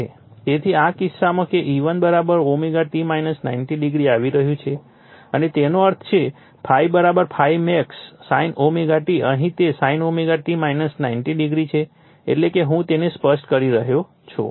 તેથી આ કિસ્સામાં કે E1 ω t 90o આવી રહ્યું છે અને તેનો અર્થ છે ∅ ∅max sin ωt અને અહીં તે sin ωt 90o છે એટલે કે હું તેને સ્પષ્ટ કરી રહ્યો છું